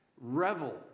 revel